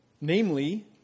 namely